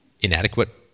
Inadequate